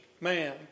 man